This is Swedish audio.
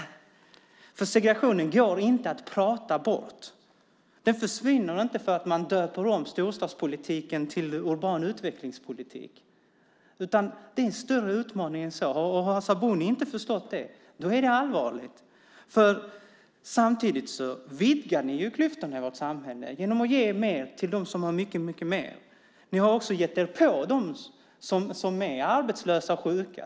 Segregationen går inte att prata bort. Den försvinner inte för att man döper om storstadspolitiken till urban utvecklingspolitik. Det är en större utmaning än så. Har Sabuni inte förstått det är det allvarigt. Samtidigt vidgar ni klyftorna i vårt samhälle genom att ge mer till dem som har mycket mer. Ni har också gett er på dem som är arbetslösa och sjuka.